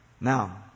Now